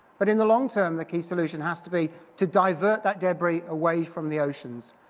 but in the long term, the key solution has to be to divert that debris away from the oceans.